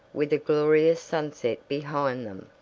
with a glorious sunset behind them,